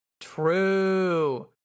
true